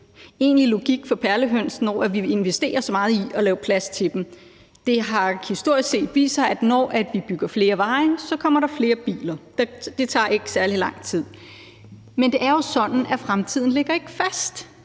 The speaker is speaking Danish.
egentlig logik for perlehøns, når vi investerer så meget i at lave plads til dem. Det har historisk set vist sig, at når vi bygger flere veje, kommer der flere biler; det tager ikke særlig lang tid. Men det er sådan, at fremtiden ikke ligger fast.